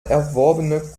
erworbene